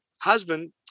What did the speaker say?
husband